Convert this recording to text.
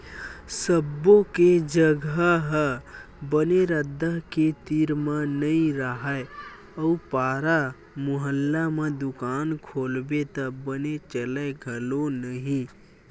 सब्बो के जघा ह बने रद्दा के तीर म नइ राहय अउ पारा मुहल्ला म दुकान खोलबे त बने चलय घलो नहि